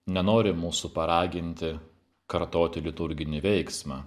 nenori mūsų paraginti kartoti liturginį veiksmą